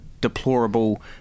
deplorable